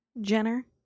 Jenner